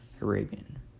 Arabian